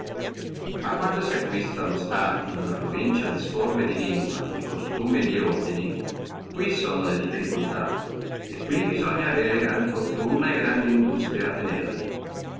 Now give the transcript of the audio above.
ma quando si acquista stati in una provincia disforme di lingua di costumi e di ordini qui sono le difficultà e qui bisogna avere gran fortuna e grande industria a tenerli